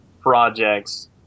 projects